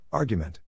Argument